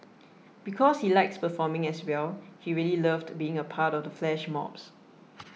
because he likes performing as well he really loved being a part of the flash mobs